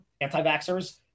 anti-vaxxers